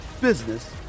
business